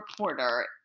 reporter